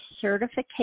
certification